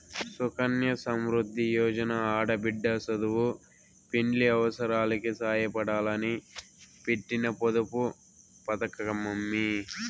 సుకన్య సమృద్ది యోజన ఆడబిడ్డ సదువు, పెండ్లి అవసారాలకి సాయపడాలని పెట్టిన పొదుపు పతకమమ్మీ